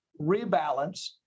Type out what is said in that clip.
rebalance